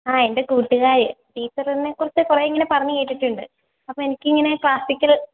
ആ എൻ്റെ കൂട്ടുകാർ ടീച്ചറിനെ കുറിച്ച് കുറേ ഇങ്ങനെ പറഞ്ഞു കേട്ടിട്ടുണ്ട് അപ്പോൾ എനിക്കിങ്ങനെ ക്ലാസ്സിക്കൽ